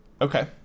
Okay